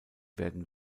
werden